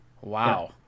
Wow